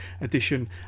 edition